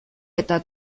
eta